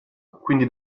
quindi